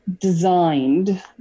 designed